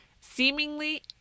seemingly